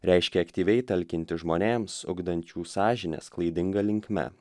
reiškia aktyviai talkinti žmonėms ugdančių sąžines klaidinga linkme